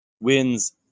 wins